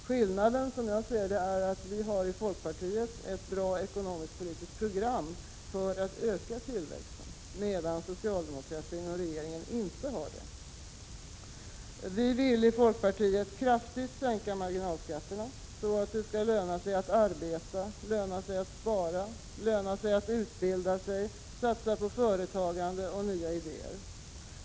Skillnaden är som jag ser det att vi i folkpartiet har ett bra ekonomiskt-politiskt program för att öka tillväxten, medan socialdemokratin och regeringen inte har det. Vi i folkpartiet vill kraftigt sänka marginalskatterna så att det skall löna sig att arbeta, löna sig att spara, löna sig att utbilda sig, att satsa på företagande och nya idéer.